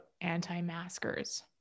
anti-maskers